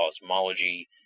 cosmology